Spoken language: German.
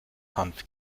hanf